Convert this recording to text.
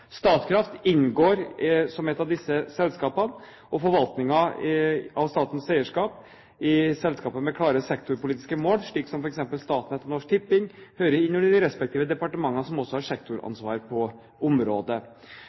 Statkraft inngår som et av disse selskapene. Forvaltningen av statens eierskap i selskaper med klare sektorpolitiske mål, slik som for eksempel Statnett og Norsk Tipping, hører innunder de respektive departementene som også har sektoransvar på området.